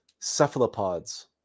cephalopods